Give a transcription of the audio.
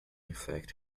infect